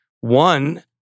one